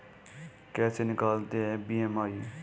कैसे निकालते हैं बी.एम.आई?